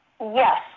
Yes